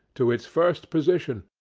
to its first position,